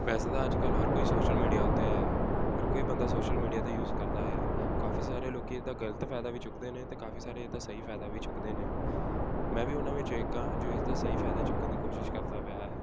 ਵੈਸੇ ਤਾਂ ਅੱਜ ਕੱਲ੍ਹ ਹਰ ਕੋਈ ਸੋਸ਼ਲ ਮੀਡੀਆ ਉੱਤੇ ਹੈ ਹਰ ਕੋਈ ਬੰਦਾ ਸੋਸ਼ਲ ਮੀਡੀਆ 'ਤੇ ਯੂਜ ਕਰਦਾ ਹੈ ਕਾਫੀ ਸਾਰੇ ਲੋਕ ਇਹਦਾ ਗਲਤ ਫਾਇਦਾ ਵੀ ਚੁੱਕਦੇ ਨੇ ਅਤੇ ਕਾਫੀ ਸਾਰੇ ਇਹਦਾ ਸਹੀ ਫਾਇਦਾ ਵੀ ਚੁੱਕਦੇ ਨੇ ਮੈਂ ਵੀ ਉਹਨਾਂ ਵਿੱਚੋਂ ਇੱਕ ਹਾਂ ਜੋ ਇਸ ਦਾ ਸਹੀ ਫਾਇਦਾ ਚੁੱਕਣ ਦੀ ਕੋਸ਼ਿਸ਼ ਕਰਦਾ ਪਿਆ ਹੈ